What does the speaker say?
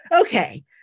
Okay